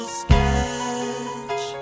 sketch